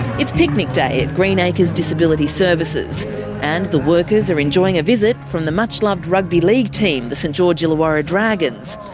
it's picnic day at greenacres disability services and the workers are enjoying a visit from the much-loved rugby league team the st george illawarra dragons.